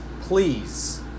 Please